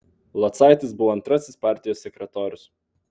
locaitis buvo antrasis partijos sekretorius